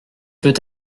peut